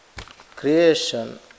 creation